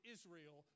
Israel